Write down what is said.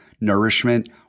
nourishment